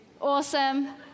Awesome